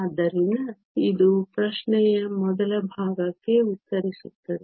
ಆದ್ದರಿಂದ ಇದು ಪ್ರಶ್ನೆಯ ಮೊದಲ ಭಾಗಕ್ಕೆ ಉತ್ತರಿಸುತ್ತದೆ